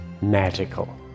magical